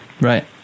right